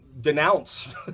denounce